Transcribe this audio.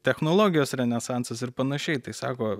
technologijos renesansas ir panašiai tai sako